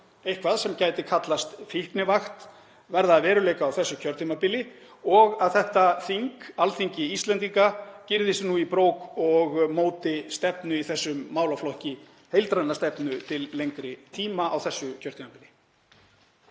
eitthvað sem gæti kallast fíknivakt verða að veruleika á þessu kjörtímabili og að þetta þing, Alþingi Íslendinga, gyrði sig í brók og móti stefnu í þessum málaflokki, heildræna stefnu til lengri tíma, á þessu kjörtímabili?